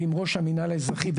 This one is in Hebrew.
ועם ראש המינהל האזרחי,